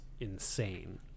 insane